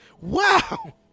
Wow